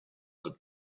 dal